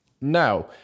Now